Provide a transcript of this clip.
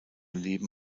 leben